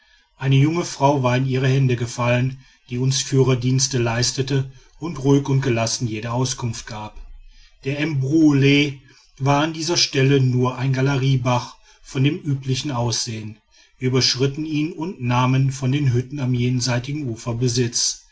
eine junge frau war in ihre hände gefallen die uns führerdienste leistete und ruhig und gelassen jede auskunft gab der mbruole war an dieser stelle nur ein galeriebach von dem üblichen aussehen wir überschritten ihn und nahmen von den hütten am jenseitigen ufer besitz